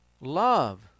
Love